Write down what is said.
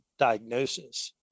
Diagnosis